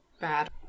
bad